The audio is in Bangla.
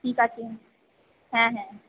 ঠিক আছে হ্যাঁ হ্যাঁ